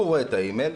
הוא רואה את האימייל,